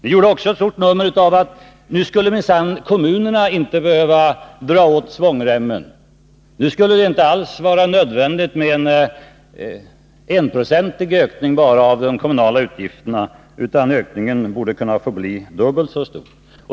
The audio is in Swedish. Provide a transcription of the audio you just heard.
Ni gjorde också ett stort nummer av att nu skulle minsann kommunerna inte behöva dra åt svångremmen, nu skulle det inte alls vara nödvändigt att begränsa sig till en enprocentig ökning av de kommunala utgifterna, utan ökningen borde kunna bli dubbelt så stor.